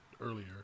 earlier